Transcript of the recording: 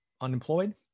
unemployed